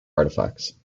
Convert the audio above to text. artifacts